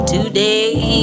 Today